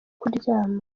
kuryama